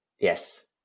Yes